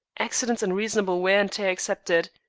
accidents and reasonable wear and tear excepted.